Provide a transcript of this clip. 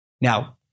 Now